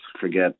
Forget